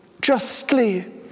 justly